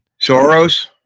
Soros